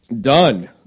Done